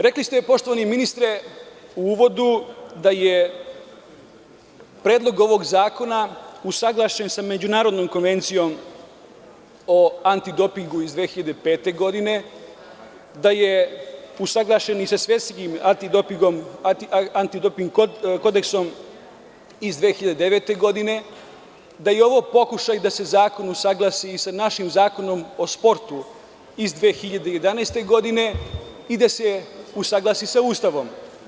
Rekli ste, poštovani ministre, u uvodu da je Predlog zakona usaglašen sa Međunarodnom konvencijom o antidopingu iz 2005. godine, da je usaglašen i sa Svetskim antidoping kodeksom iz 2009. godine, da je ovo pokušaj da se zakon usaglasi i sa našim Zakonom o sportu iz 2011. godine i da se usaglasi sa Ustavom.